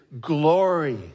glory